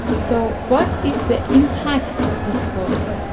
so what is the impact of this work?